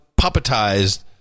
puppetized